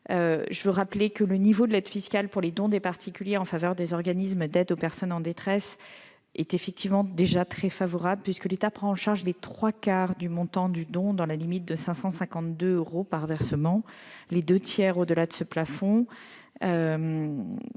je veux rappeler que le niveau de l'aide fiscale pour les dons des particuliers en faveur des organismes d'aide aux personnes en détresse est déjà très favorable, puisque l'État prend en charge les trois quarts du montant du don, dans la limite de 552 euros par versement, et les deux tiers au-delà de ce plafond.